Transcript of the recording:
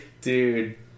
dude